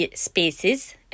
spaces